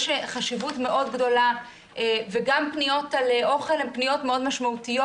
יש חשיבות מאוד גדולה וגם פניות על אוכל הן פניות מאוד משמעותיות,